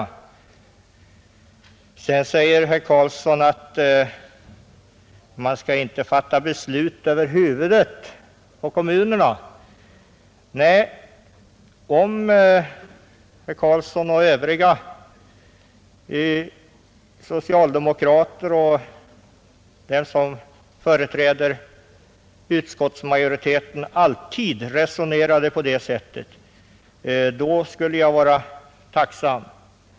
Därefter säger herr Karlsson att man inte skall fatta beslut över huvudet på kommunerna. Nej, om herr Karlsson liksom övriga socialdemokrater och företrädare för utskottsmajoriteten alltid resonerade på det sättet, skulle jag vara tacksam.